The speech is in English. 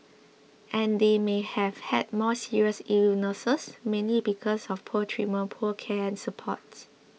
and they may have had more serious illnesses mainly because of poor treatment poor care and support